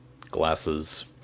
Glasses